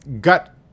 gut